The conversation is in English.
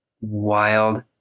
wild